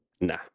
nah